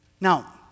Now